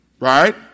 Right